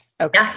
Okay